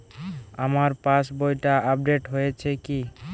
আমার পাশবইটা আপডেট হয়েছে কি?